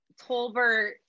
Tolbert